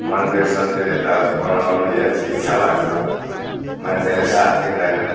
मन्दिर सन्दिर यताउति बनाउनु हेच इच्छा लाग्छ मान्छेहरूले साथ दिँदैन